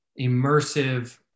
immersive